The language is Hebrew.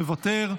מוותר.